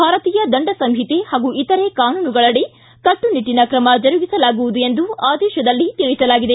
ಭಾರತೀಯ ದಂಡ ಸಂಹಿತೆ ಹಾಗೂ ಇತರೆ ಕಾನೂನುಗಳಡಿ ಕಟ್ಟುನಿಟ್ಟನ ಕ್ರಮ ಜರುಗಿಸಲಾಗುವುದು ಎಂದು ಆದೇಶದಲ್ಲಿ ತಿಳಿಸಲಾಗಿದೆ